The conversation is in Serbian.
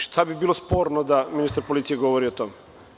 Šta bi bilo sporno da ministar policije govori o tome?